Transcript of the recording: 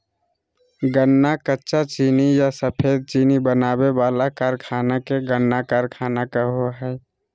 गन्ना कच्चा चीनी या सफेद चीनी बनावे वाला कारखाना के गन्ना कारखाना कहो हइ